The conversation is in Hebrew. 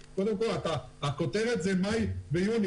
הכותרת היא מאי ויוני.